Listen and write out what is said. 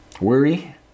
worry